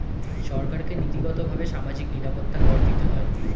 সরকারকে নীতিগতভাবে সামাজিক নিরাপত্তা কর দিতে হয়